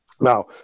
Now